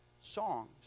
songs